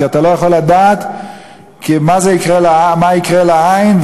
כי אתה לא יכול לדעת מה יקרה לעין,